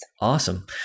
Awesome